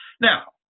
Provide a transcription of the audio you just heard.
Now